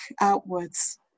outwards